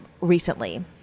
recently